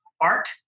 art